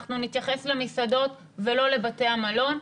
אנחנו נתייחס למסעדות ולא לבתי המלון.